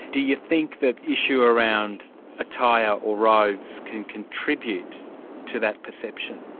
do you think that issue around attire or robes can contribute to that perception?